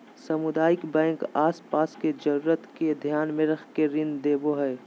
सामुदायिक बैंक आस पास के जरूरत के ध्यान मे रख के ऋण देवो हय